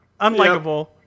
Unlikable